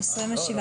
13 כיום.